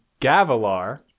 Gavilar